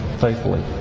faithfully